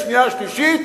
בקריאה השנייה והשלישית,